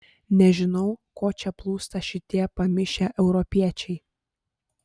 nežinau ko čia plūsta šitie pamišę europiečiai